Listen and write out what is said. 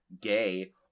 gay